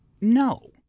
no